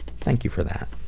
thank you for that.